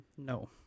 No